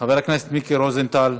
חבר הכנסת מיקי רוזנטל.